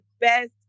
best